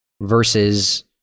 versus